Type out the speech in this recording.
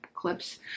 clips